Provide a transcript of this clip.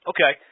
Okay